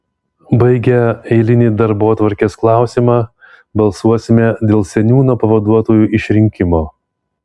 baigę eilinį darbotvarkės klausimą balsuosime dėl seniūno pavaduotojų išrinkimo